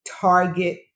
target